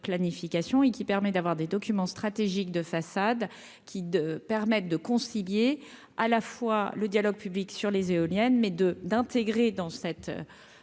et qui permet d'avoir des document stratégique de façade qui de permettent de concilier à la fois le dialogue public sur les éoliennes, mais de d'intégrer dans cette